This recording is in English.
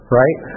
right